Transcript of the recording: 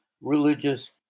religious